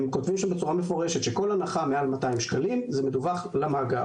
הם כותבים שם בצורה מפורשת שכל הנחה מעל 200 שקלים זה מדווח למאגר,